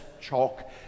chalk